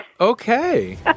Okay